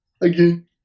again